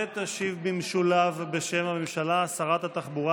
תשיב במשולב בשם הממשלה שרת התחבורה